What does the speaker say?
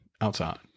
outside